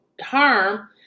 harm